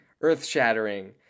earth-shattering